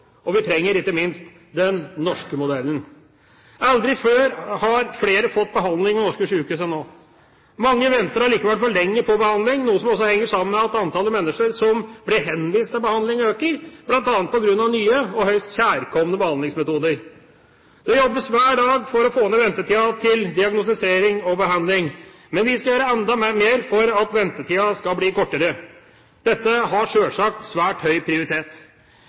og vi trenger ikke minst den norske modellen. Aldri før har flere fått behandling ved norske sykehus enn nå. Mange venter allikevel for lenge på behandling, noe som også henger sammen med at antallet mennesker som blir henvist til behandling, øker, bl.a. på grunn av nye og høyst kjærkomne behandlingsmetoder. Det jobbes hver dag for å få ned ventetiden til diagnostisering og behandling. Men vi skal gjøre enda mer for at ventetiden skal blir kortere. Dette har sjølsagt svært høy prioritet.